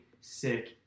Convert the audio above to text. sick